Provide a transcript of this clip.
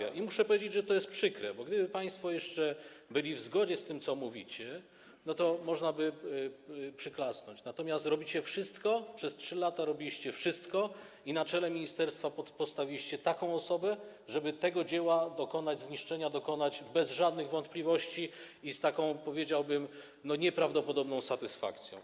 I muszę powiedzieć, że to jest przykre, bo gdyby państwo jeszcze byli w zgodzie z tym, co mówicie, to można by przyklasnąć, natomiast robicie wszystko, przez 3 lata robiliście wszystko, i na czele ministerstwa postawiliście taką osobę, żeby tego dzieła zniszczenia dokonać bez żadnych wątpliwości i z taką, powiedziałbym, nieprawdopodobną satysfakcją.